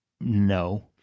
No